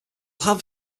have